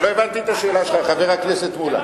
אני לא הבנתי את השאלה שלך, חבר הכנסת מולה.